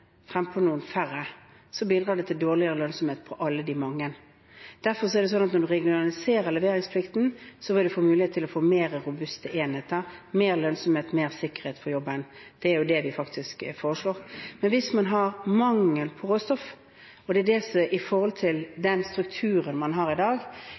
fremfor på noen færre, bidrar det til dårligere lønnsomhet for alle. Derfor er det slik at når man regionaliserer leveringsplikten, vil man få mulighet til å få mer robuste enheter, mer lønnsomhet, mer sikkerhet for jobben. Det er det vi foreslår. Men hvis man har mangel på råstoff i den strukturen man har i dag, vil det mest naturlige være at man samler det